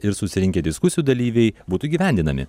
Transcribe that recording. ir susirinkę diskusijų dalyviai būtų įgyvendinami